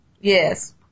Yes